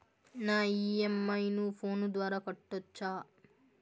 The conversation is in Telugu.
నా ఇ.ఎం.ఐ ను ఫోను ద్వారా కట్టొచ్చా?